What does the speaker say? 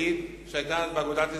החרדית שהיתה אז באגודת ישראל?